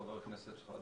חבר הכנסת שחאדה,